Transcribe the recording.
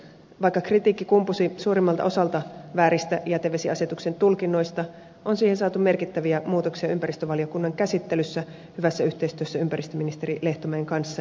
vaikka kritiikki kumpusi suurimmalta osalta vääristä jätevesiasetuksen tulkinnoista on siihen saatu merkittäviä muutoksia ympäristövaliokunnan käsittelyssä hyvässä yhteistyössä ympäristöministeri lehtomäen kanssa